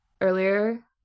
earlier